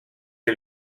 que